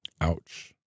Ouch